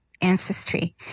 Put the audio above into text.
ancestry